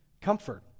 Comfort